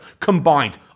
combined